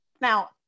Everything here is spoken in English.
Now